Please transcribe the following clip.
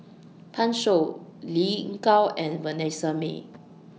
Pan Shou Lin Gao and Vanessa Mae